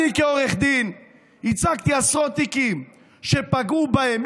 אני כעורך דין ייצגתי בעשרות תיקים שפגעו בהם,